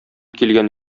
килгән